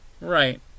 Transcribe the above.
right